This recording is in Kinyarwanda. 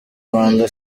rwanda